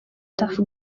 tuff